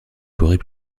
forêts